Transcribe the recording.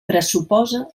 pressuposa